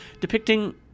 depicting